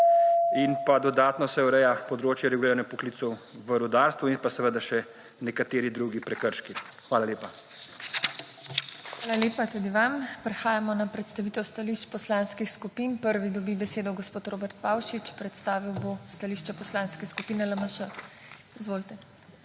in pa dodatno se ureja področje reguliranja poklicev v rudarstvu in pa seveda še nekateri drugi prekrški. Hvala lepa. **PODPREDSEDNICA TINA HEFERLE:** Hvala lepa tudi vam. Prehajamo na predstavitev stališč Poslanskih skupin. Prvi dobi besedo gospod Robert Pavšič, predstavil bo stališče Poslanske skupine LMŠ. Izvolite.